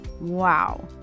Wow